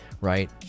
right